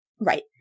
right